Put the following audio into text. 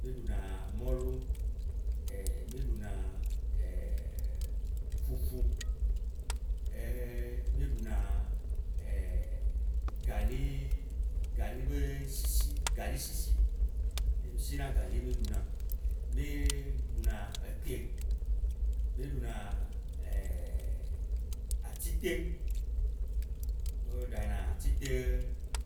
mì ɖuna mɔlu, mi ɖuna fufu, mì ɖuna galii, gali be sisi, gali sisi, wo si na gali mì ɖuna. Mì ɖuna ete, mì ɖuna atite, wo ɖana atite